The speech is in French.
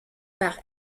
par